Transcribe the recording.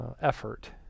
effort